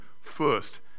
first